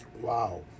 Wow